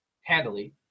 handily